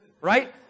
Right